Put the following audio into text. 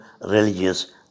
religious